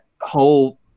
whole